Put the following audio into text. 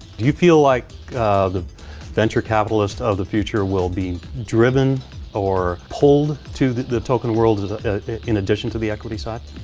do you feel like the venture capitalist of the future will be driven or pulled to the the token world in addition to the equity side?